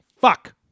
Fuck